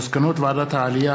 מסקנות ועדת העלייה,